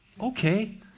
Okay